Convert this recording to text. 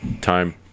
time